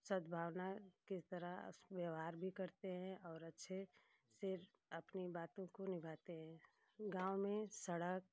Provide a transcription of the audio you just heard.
सद्भावना की तरह व्यवहार भी करते हैं और अच्छे से अपनी बातों को निभाते हैं गाँव में सड़क